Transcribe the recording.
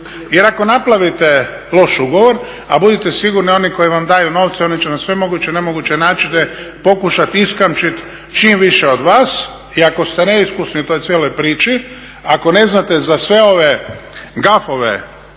jer ako napravite loš ugovor, a budite sigurni oni koji vam daju novce, oni će na sve moguće i nemoguće načine pokušati … čim više od vas i ako ste neiskusni u toj cijeloj priči, ako ne znate za sve ove gafove